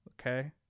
okay